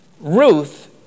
Ruth